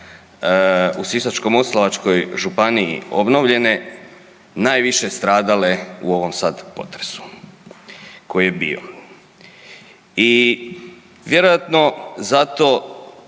u Sisačko-moslavačkoj županiji obnovljene, najviše stradale u ovom sad potresu koji je bio. I vjerojatno zato